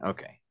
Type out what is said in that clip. Okay